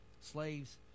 slaves